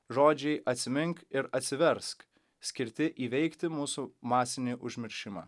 žodžiai atsimink ir atsiversk skirti įveikti mūsų masinį užmiršimą